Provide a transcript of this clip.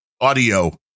audio